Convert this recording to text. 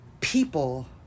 people